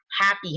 happy